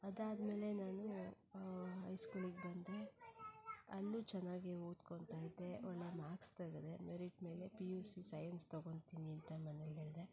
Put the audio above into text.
ಅದಾದ ಮೇಲೆ ನಾನು ಐಸ್ಕೂಲಿಗೆ ಬಂದೆ ಅಲ್ಲೂ ಚೆನ್ನಾಗಿ ಓದ್ಕೊಳ್ತಾ ಇದ್ದೆ ಒಳ್ಳೆಯ ಮಾರ್ಕ್ಸ್ ತೆಗೆದೆ ಮೆರಿಟ್ ಮೇಲೆ ಪಿ ಯು ಸಿ ಸೈನ್ಸ್ ತೊಗೊಳ್ತೀನಿ ಅಂತ ಮನೇಲಿ ಹೇಳಿದೆ